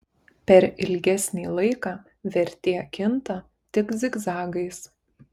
per ilgesnį laiką vertė kinta tik zigzagais